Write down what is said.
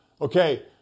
okay